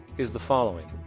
is the following.